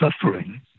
suffering